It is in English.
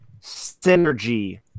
synergy